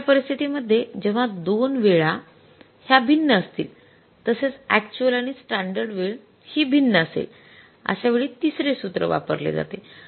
तिसऱ्या परिस्थिती मध्ये जेव्हा २ वेळा ह्या भिन्न असतील तसेच अक्चुअल आणि स्टॅंडर्ड वेळ हि भिन्न असेल अश्या वेळी तिसरे सूत्र वापरले जाते